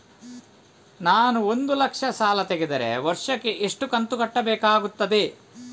ನಾನು ಒಂದು ಲಕ್ಷ ಸಾಲ ತೆಗೆದರೆ ವರ್ಷಕ್ಕೆ ಎಷ್ಟು ಕಂತು ಕಟ್ಟಬೇಕಾಗುತ್ತದೆ?